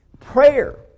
Prayer